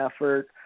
effort